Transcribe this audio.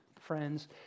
friends